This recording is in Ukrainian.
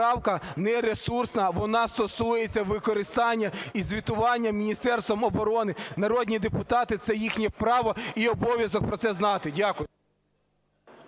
Народні депутати, це їхнє право і обов'язок про це знати. Дякую.